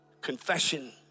Confession